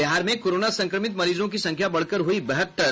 और बिहार में कोरोना संक्रमित मरीजों की संख्या बढ़कर हुई बहत्तर